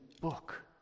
book